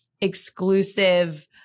exclusive